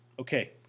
Okay